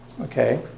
Okay